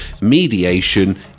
mediation